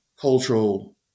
cultural